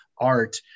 Art